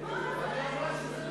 העברת מידע בין קופות-החולים